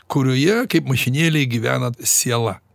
kurioje kaip mašinėlei gyvena siela